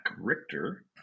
Richter